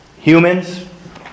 humans